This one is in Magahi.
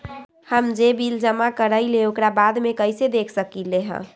हम जे बिल जमा करईले ओकरा बाद में कैसे देख सकलि ह?